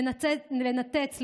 לנתץ,